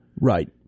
Right